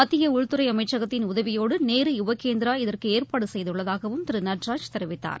மத்திய உள்துறை அமைச்சகத்தின் உதவியோடு நேரு யுவகேந்திரா இதற்கு ஏற்பாடு செய்துள்ளதாகவும் திரு நடராஜ் தெரிவித்தார்